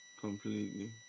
completely